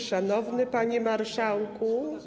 Szanowny Panie Marszałku!